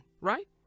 right